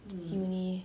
uni